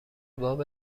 باب